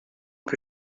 que